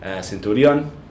Centurion